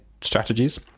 strategies